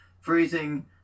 freezing